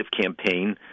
campaign